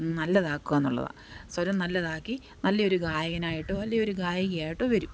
നല്ലതാക്കുകയെന്നുള്ളതാണ് സ്വരം നല്ലതാക്കി നല്ലെയൊരു ഗായകനായിട്ടോ അല്ലെങ്കിൽ ഗായികയായിട്ടോ വരും